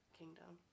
kingdom